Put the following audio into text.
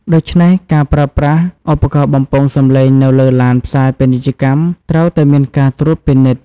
ដូច្នេះ ការប្រើប្រាស់ឧបករណ៍បំពងសម្លេងនៅលើឡានផ្សាយពាណិជ្ជកម្មត្រូវតែមានការត្រួតពិនិត្យ។